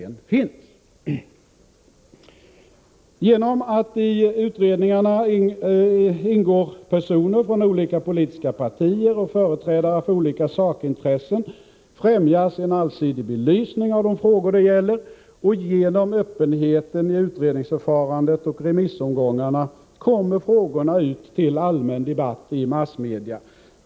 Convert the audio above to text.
Genom att det i utredningarna ingår personer från olika politiska partier och företrädare för olika sakintressen, främjas en allsidig belysning av de frågor det gäller. Och genom öppenheten i utredningsförfarandet och remissomgångarna kommer frågorna ut till allmän debatt i massmedia.